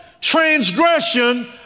transgression